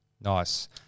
Nice